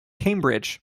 cambridge